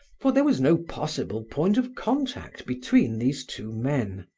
for there was no possible point of contact between these two men,